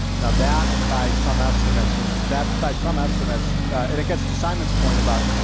now, that, by some estimates is that, by some estimates and it gets to simon's point about,